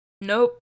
Nope